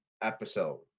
episode